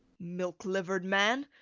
milk-liver'd man!